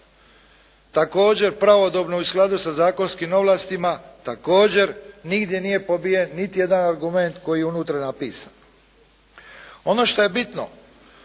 Također pravodobno i u skladu sa zakonskim ovlastima također nigdje nije pobijen niti jedan argument koji je unutra napisan. Ono što je bitno